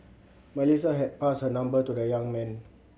Melissa had passed her number to the young man